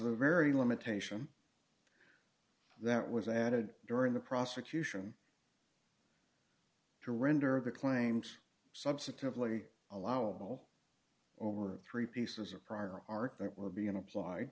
very limitation that was added during the prosecution to render the claims substantively allowable over three pieces of prior art that were being applied